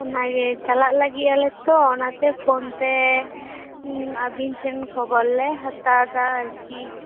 ᱚᱱᱟ ᱜᱮ ᱪᱟᱞᱟᱜ ᱞᱟᱹᱜᱤᱫ ᱟᱞᱮ ᱛᱚ ᱚᱱᱟ ᱛᱮ ᱯᱷᱳᱱ ᱛᱮ ᱟᱹᱵᱤᱱ ᱴᱷᱮᱱ ᱠᱷᱚᱵᱚᱨ ᱞᱮ ᱦᱟᱛᱟᱣ ᱮᱫᱟ ᱟᱨᱠᱤ